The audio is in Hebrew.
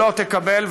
לא תקבל,